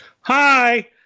Hi